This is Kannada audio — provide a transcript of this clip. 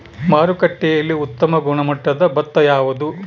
ಮಾರುಕಟ್ಟೆಯಲ್ಲಿ ಉತ್ತಮ ಗುಣಮಟ್ಟದ ಭತ್ತ ಯಾವುದು?